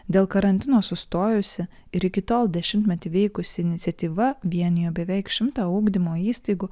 dėl karantino sustojusi ir iki tol dešimtmetį veikusi iniciatyva vienija beveik šimtą ugdymo įstaigų